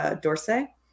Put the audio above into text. d'Orsay